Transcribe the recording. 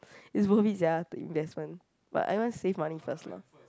is worth it sia the investment but I want save money first lah